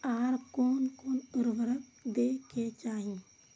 आर कोन कोन उर्वरक दै के चाही?